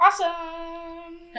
Awesome